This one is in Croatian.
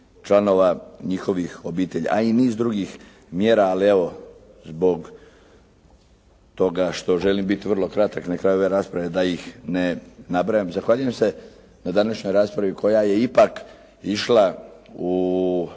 članova njihovih obitelji, a i niz drugih mjera. Ali evo zbog toga što želim biti vrlo kratak na kraju ove rasprave da ih ne nabrajam. Zahvaljujem se na današnjoj raspravi koja je ipak išla u